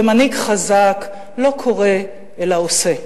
ומנהיג חזק לא קורא אלא עושה.